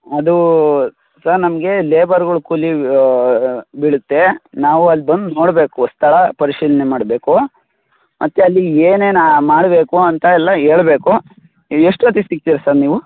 ಅದು ಸರ್ ನಮಗೆ ಲೆಬರ್ಗಳ ಕೂಲಿ ಬೀಳುತ್ತೆ ನಾವು ಅಲ್ಲಿ ಬಂದು ನೋಡಬೇಕು ಸ್ಥಳ ಪರಿಶೀಲನೆ ಮಾಡಬೇಕು ಮತ್ತು ಅಲ್ಲಿ ಏನೇನು ಮಾಡಬೇಕು ಅಂತ ಎಲ್ಲ ಹೇಳ್ಬೇಕು ಎಷ್ಟೊತ್ತಿಗೆ ಸಿಗ್ತೀರಾ ಸರ್ ನೀವು